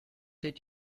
did